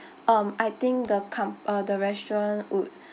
um I think the com~ uh the restaurant would